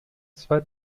zwei